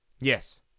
Yes